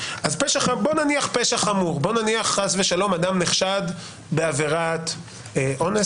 בוא נניח חס ושלום אדם נחשד בעבירת אונס,